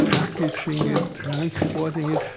packaging it, transporting it.